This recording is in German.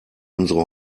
unsere